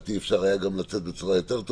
אפשר היה גם לצאת בצורה טובה יותר.